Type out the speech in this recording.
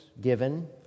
given